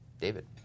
David